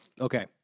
Okay